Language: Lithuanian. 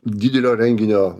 didelio renginio